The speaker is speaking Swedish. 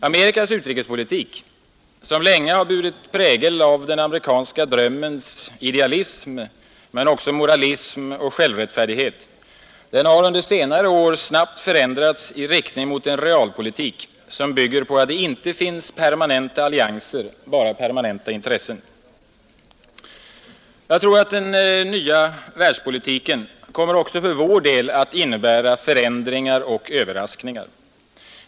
Amerikas utrikespolitik, som länge har burit prägel av den amerikanska drömmens idealism men också moralism och självrättfärdighet, har under senare år snabbt förändrats i riktning mot en realpolitik som bygger på att det inte finns permanenta allianser utan bara permanenta intressen. Jag tror att den nya världspolitiken även för vår del kommer att innebära förändringar och överraskningar.